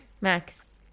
max